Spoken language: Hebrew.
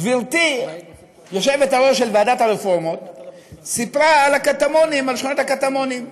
גברתי היושבת-ראש של ועדת הרפורמות סיפרה על שכונת הקטמונים.